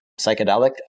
psychedelic